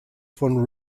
von